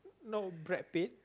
no Brad-Pitt